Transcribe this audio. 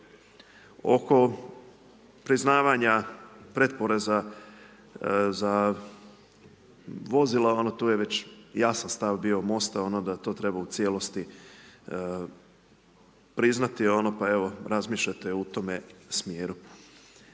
Oko priznavanja pretporeza za vozila, tu je već jasan stav bio MOST-a da tu treba u cijelosti priznati, pa evo, razmišljajte u tom smjeru.